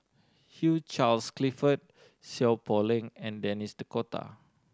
Hugh Charles Clifford Seow Poh Leng and Denis D'Cotta